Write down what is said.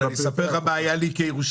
אני אספר לך מה היה לי כירושלמי,